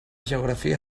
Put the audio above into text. geografia